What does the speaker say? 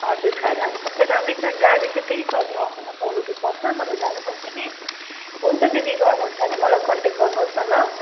हजुर खानाहरू सबै राम्रै छ गाडी चाहिँ त्यही सत्र अठार सौ रुपियाँ पर्छ तपाईँ जानु भयो भने हुन्छ दिदी गर्नुहुन्छ भने मलाई कन्ट्याक गर्नुहोस् न ल